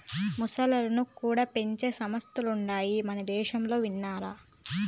మొసల్లను కూడా పెంచే సంస్థలుండాయి మనదేశంలో విన్నారా